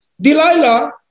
Delilah